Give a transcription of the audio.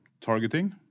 targeting